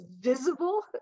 visible